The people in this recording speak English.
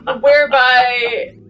whereby